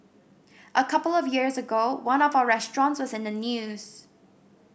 a couple of years ago one of our restaurants was in the news